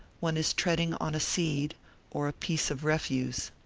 one is treading on a seed or a piece of refuse.